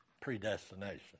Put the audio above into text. predestination